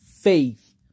faith